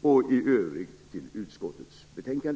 och i övrigt till hemställan i utskottets betänkande.